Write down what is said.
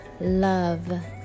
love